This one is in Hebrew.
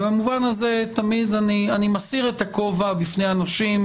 ובמובן הזה תמיד אני מסיר את הכובע בפני אנשים